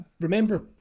remember